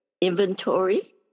inventory